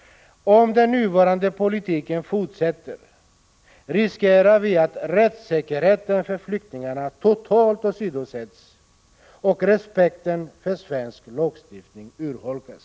Om den nuvarande politiken fortsätter riskerar vi att rättssäkerheten för flyktingarna totalt åsidosätts och att respekten för svensk lagstiftning urholkas.